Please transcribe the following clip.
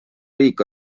riiki